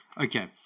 okay